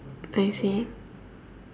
I see